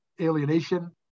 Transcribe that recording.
alienation